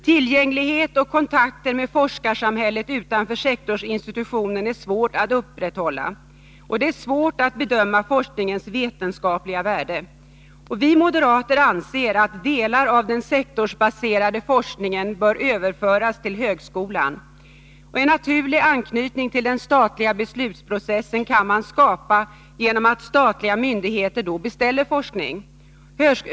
Tillgängligheten och kontakterna med forskarsamhället utanför sektorsinstitutionen är svår att upprätthålla. Det är svårt att bedöma forskningens vetenskapliga värde. Vi moderater anser att delar av den sektorbaserade forskningen bör överföras till högskolan. En naturlig anknytning till den statliga beslutsprocessen kan skapas genom att statliga myndigheter beställer forskning.